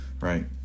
right